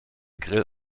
grill